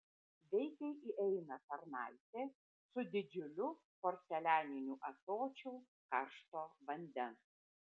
veikiai įeina tarnaitė su didžiuliu porcelianiniu ąsočiu karšto vandens